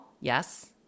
Yes